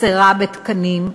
חסרה בתקנים,